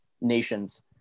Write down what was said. nations